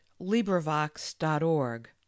LibriVox.org